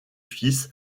fils